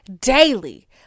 daily